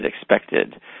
expected